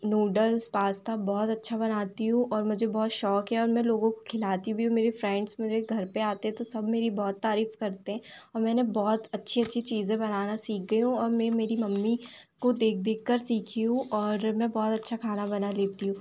noodles pasta बहुत अच्छा बनाती हूँ और मुझे बहुत शौक़ है और मैं लोगों को खिलाती भी हूँ मेरी फ़्रेंड्स मेरे घर पर आते है तो सब मेरी बहुत तारीफ़ करते हैं और मैं ना बहुत अच्छी अच्छी चीज़ें बनाना सीख गई हूँ और मैं मेरी मम्मी को देख देखकर सीखी हूँ और मैं बहुत अच्छा खाना बना लेती हूँ